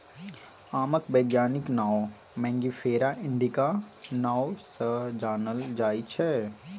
आमक बैज्ञानिक नाओ मैंगिफेरा इंडिका नाओ सँ जानल जाइ छै